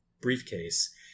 briefcase